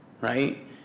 right